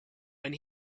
when